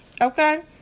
Okay